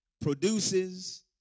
produces